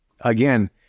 Again